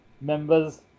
members